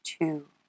Two